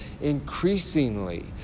increasingly